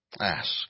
Ask